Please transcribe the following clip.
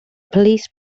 police